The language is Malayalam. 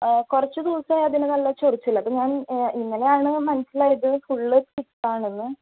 കുറച്ച് ദിവസം ആയി അതിന് നല്ല ചൊറിച്ചിൽ അപ്പം ഞാൻ ഇന്നലെയാണ് മനസ്സിലായത് ഫുള്ള് ടിക്ക് ആണെന്ന്